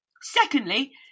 Secondly